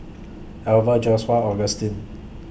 Alver Joshua Augustine